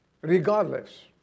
Regardless